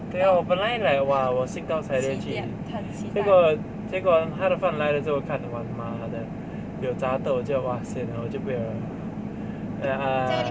对啊我本来 like !wah! 我兴高采烈去结果结果他的饭来的时候我看 !wah! 妈的有杂豆我就 !wah! sian liao 我就不要了 ya